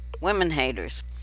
women-haters